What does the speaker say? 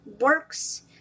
works